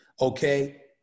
okay